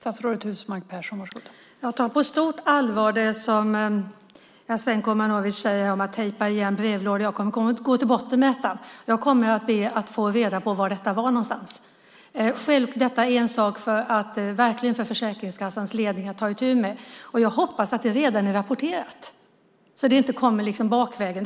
Fru talman! Jag tar det som Jasenko Omanovic säger om att tejpa igen brevlådor på stort allvar. Jag kommer att gå till botten med detta och ber att få reda på var detta var någonstans. Detta är verkligen en sak för Försäkringskassans ledning att ta itu med, och jag hoppas att det redan är rapporterat så att det liksom inte kommer bakvägen.